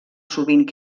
sovint